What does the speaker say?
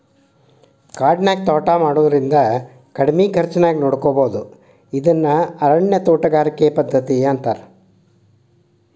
ಕಾಡಿನ್ಯಾಗ ತೋಟಾ ಮಾಡೋದ್ರಿಂದ ಕಡಿಮಿ ಖರ್ಚಾನ್ಯಾಗ ನೋಡ್ಕೋಬೋದು ಇದನ್ನ ಅರಣ್ಯ ತೋಟಗಾರಿಕೆ ಪದ್ಧತಿ ಅಂತಾರ